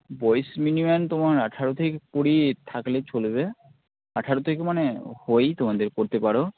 বয়েস মিনিমাম তোমার আঠারো থেকে কুড়িই থাকলে চলবে আঠারো থেকে মানে হয়েই তোমাদের পড়তে পারো